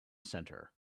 center